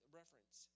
reference